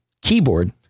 keyboard